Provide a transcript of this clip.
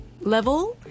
level